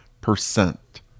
percent